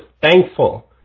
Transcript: thankful